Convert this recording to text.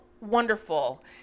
wonderful